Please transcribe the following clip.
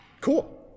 Cool